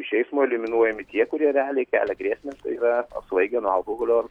iš eimo eliminuojami tie kurie realiai kelia grėsmę yra apsvaigę nuo alkoholio ar